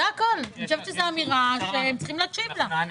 זו אמירה שהם צריכים להשיב לה.